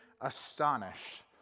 astonished